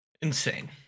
insane